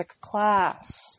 class